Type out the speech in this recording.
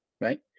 right